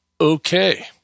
okay